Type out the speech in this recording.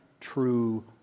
true